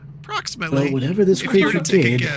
Approximately